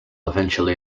eventually